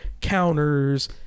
counters